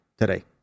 today